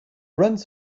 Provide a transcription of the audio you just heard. runs